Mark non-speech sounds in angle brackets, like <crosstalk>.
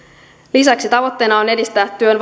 lisäksi tavoitteena on edistää työn <unintelligible>